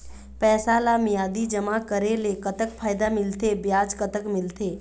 पैसा ला मियादी जमा करेले, कतक फायदा मिलथे, ब्याज कतक मिलथे?